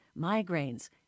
migraines